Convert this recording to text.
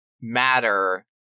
matter